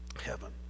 heaven